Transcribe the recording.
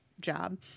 job